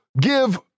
give